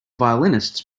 violinists